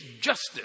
justice